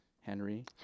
Henry